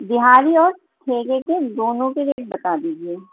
دیہاڑی اور ٹھیکے کے دونوں کے ریٹ بتا دیجیے